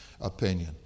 opinion